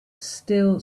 still